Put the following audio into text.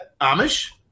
Amish